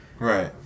Right